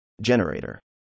Generator